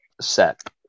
set